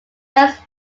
first